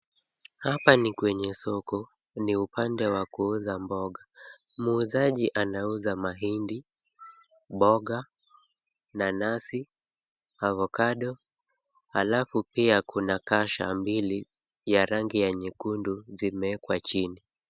Hapa ni kwenye soko, ni upande wa kuuza mboga. Muuzaji anauza mahindi, mboga, nanasi, avocado alafu pia kuna kasha mbili ya rangi ya nyekundu zimeekwa chini.